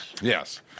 Yes